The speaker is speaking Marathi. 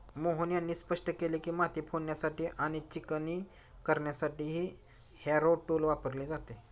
मोहन यांनी स्पष्ट केले की, माती फोडण्यासाठी आणि चिकणी करण्यासाठी हॅरो टूल वापरले जाते